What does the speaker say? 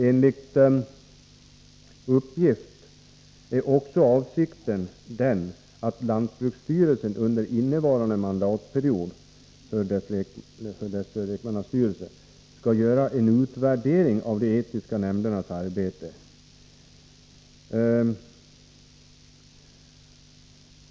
Enligt uppgift är också avsikten den att lantbruksstyrelsen under innevarande mandatperiod för dessa lekmannarepresentanter skall göra en utvärdering av de etiska nämndernas arbete.